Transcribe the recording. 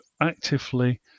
actively